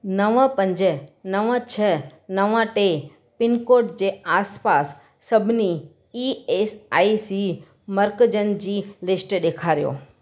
नव पंज नव छह नव टे पिनकोड जे आसपास सभिनी ई एस आई सी मर्कज़नि जी लिस्ट ॾेखारियो